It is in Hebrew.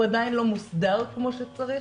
הוא עדיין לא מוסדר כמו שצריך